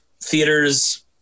theaters